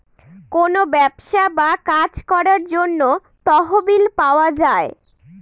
কোনো ব্যবসা বা কাজ করার জন্য তহবিল পাওয়া যায়